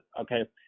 Okay